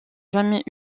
jamais